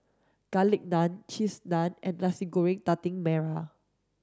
garlic naan cheese naan and Nasi Goreng Daging Merah